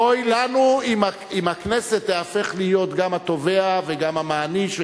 אוי לנו אם הכנסת תיהפך להיות גם התובע וגם המעניש,